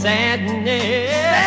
Sadness